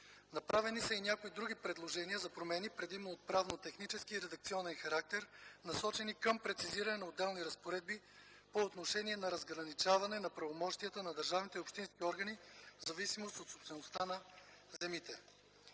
Направени са и някои други предложения за промени, предимно от правно-технически и редакционен характер, насочени към прецизиране на отделни разпоредби по отношение на разграничаване на правомощията на държавните и общинските органи в зависимост от собствеността на земите.